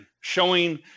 showing